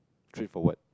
drift or what